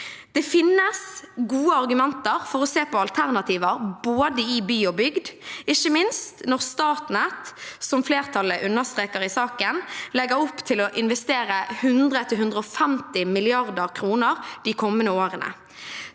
Det finnes gode argumenter for å se på alternativer i både by og bygd, ikke minst når Statnett – slik flertallet i saken understreker – legger opp til å investere 100–150 mrd. kr de kommende årene.